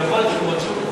ויכול להיות שהוא רצוי,